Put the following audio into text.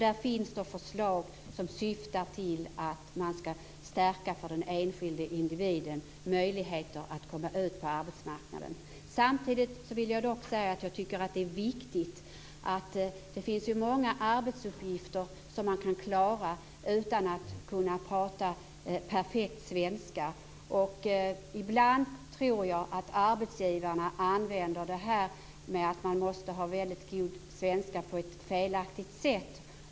Där finns förslag som syftar till att stärka möjligheterna för den enskilde individen att komma ut på arbetsmarknaden. Samtidigt vill jag säga att jag tycker att det är viktigt att det finns många arbetsuppgifter som kan klaras utan perfekt svenska. Ibland tror jag att arbetsgivarna använder kravet på god svenska på ett felaktigt sätt.